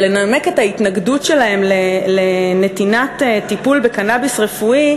לנמק את ההתנגדות שלהם לנתינת טיפול בקנאביס רפואי,